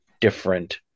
different